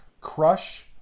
Crush